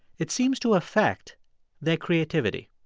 it seems to affect their creativity.